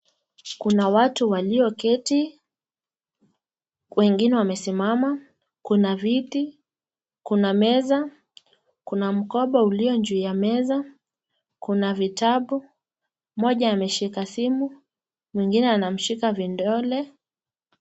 Kuna watu walioketi, wengine wamesimama kuna viti, kuna meza, kuna mkoba uliyo juu ya meza, kuna vitabu, moja ameshika simu, mweingine ameshika vidole.